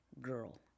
girl